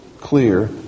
clear